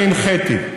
אני הנחיתי,